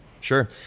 Sure